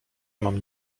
mam